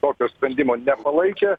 tokio sprendimo nepalaikė